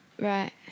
Right